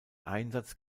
einsatz